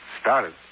Started